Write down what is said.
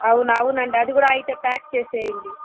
అవునా అవునండి అది కూడా అయితే ప్యాక్ చేసేయండి